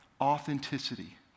authenticity